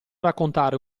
raccontare